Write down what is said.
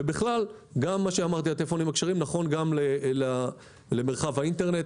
מה שאמרתי על הטלפונים הכשרים נכון גם למרחב האינטרנט.